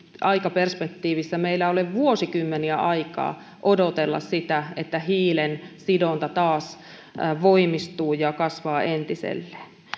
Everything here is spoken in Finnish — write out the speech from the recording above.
aikaperspektiivissä meillä ei ole vuosikymmeniä aikaa odotella sitä että hiilen sidonta taas voimistuu ja kasvaa entiselleen